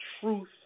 truth